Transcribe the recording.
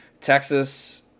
Texas